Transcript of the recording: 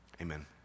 Amen